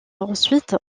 ensuite